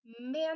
man